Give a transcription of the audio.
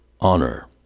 honor